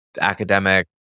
academic